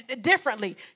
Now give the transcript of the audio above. differently